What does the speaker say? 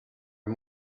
are